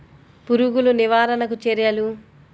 పురుగులు నివారణకు చర్యలు?